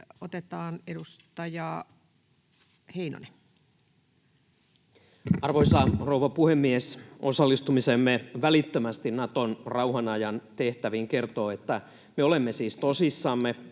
otetaan edustaja Heinonen. Arvoisa rouva puhemies! Välitön osallistumisemme Naton rauhanajan tehtäviin kertoo, että me olemme siis tosissamme,